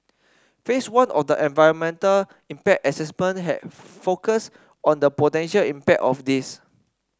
phase one of the environmental impact assessment have focused on the potential impact of this